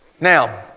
Now